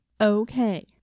Okay